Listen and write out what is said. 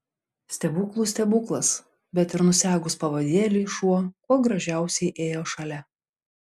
stebuklų stebuklas bet ir nusegus pavadėlį šuo kuo gražiausiai ėjo šalia